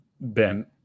Ben